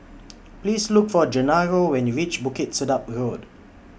Please Look For Genaro when YOU REACH Bukit Sedap Road